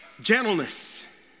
gentleness